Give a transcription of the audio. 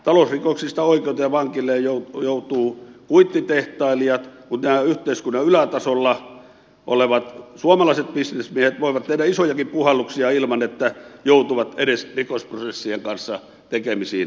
talousrikoksista oikeuteen ja vankilaan joutuvat kuittitehtailijat mutta nämä yhteiskunnan ylätasolla olevat suomalaiset bisnesmiehet voivat tehdä isojakin puhalluksia ilman että joutuvat edes rikosprosessien kanssa tekemisiin